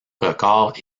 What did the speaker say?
records